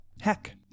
Heck